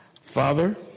Father